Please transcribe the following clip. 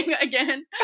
again